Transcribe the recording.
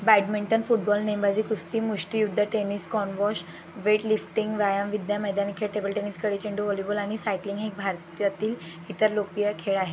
badminton football नेमबाजी कुस्ती मुष्टीयुद्ध टेनिस स्कॉनवॉश वेटलिफ्टिंग व्यायामविद्या मैदानी खेळ टेबल टेनिस कडीचेंडू व्हॉलीबॉल आणि सायकलिंग हे भारतातील इतर लोकप्रिय खेळ आहेत